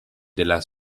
della